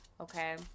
okay